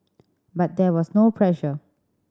but there was no pressure